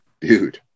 Dude